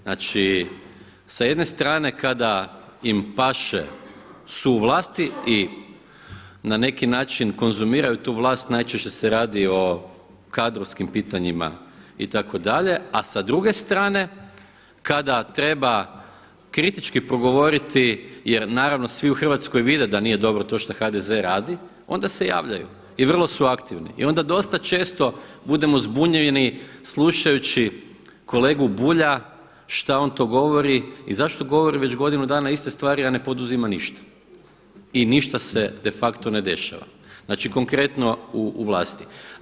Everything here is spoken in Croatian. Znači sa jedne strane kada im paše su vlasti i na neki način konzumiraju tu vlast najčešće se radi o kadrovskim pitanjima itd., a sa druge strane kada treba kritički progovoriti jer naravno svi u Hrvatskoj vide da nije dobro to što HDZ radi onda se javljaju i vrlo su aktivni i onda dosta često budemo zbunjeni slušajući kolegu Bulja šta on to govori i zašto govori već godinu dana iste stvari, a ne poduzima ništa i ništa se de facto ne dešava, znači konkretno u Vladi.